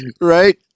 right